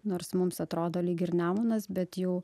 nors mums atrodo lyg ir nemunas bet jau